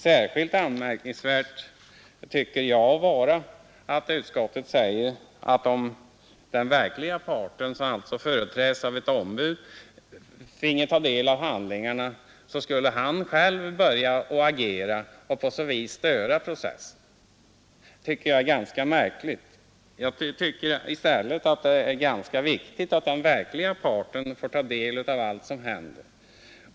Särskilt anmärkningsvärt tycker jag det är när utskottet säger, att om den verkliga parten — som alltså företräds av ett ombud — fick ta del av handlingarna skulle han själv kunna börja agera och därigenom störa processen. Det tycker jag är märkligt. Tvärtom är det väl mycket viktigt att den verkliga parten får ta del av allt som händer.